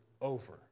over